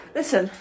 listen